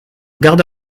garda